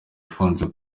akunze